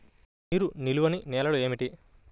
నీరు నిలువని నేలలు ఏమిటి?